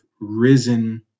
risen